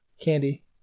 candy